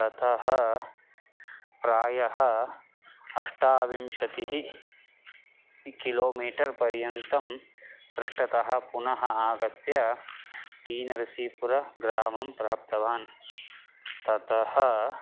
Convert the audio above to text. ततः प्रायः अष्टाविंशतिः किलो मीटर् पर्यन्तं पृष्ठतः पुनः आगत्य टी नरसिपुरग्रामं प्राप्तवान् ततः